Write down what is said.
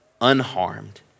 unharmed